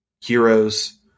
heroes